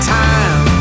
time